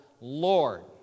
Lord